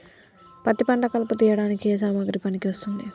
పత్తి పంట కలుపు తీయడానికి ఏ సామాగ్రి పనికి వస్తుంది?